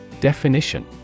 Definition